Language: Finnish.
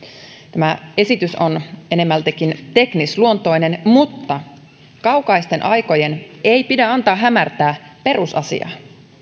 tämä esitys on enemmältikin teknisluontoinen mutta kaukaisten aikojen ei pidä antaa hämärtää perusasiaa